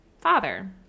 father